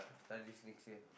studies next year